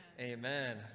amen